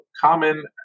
Common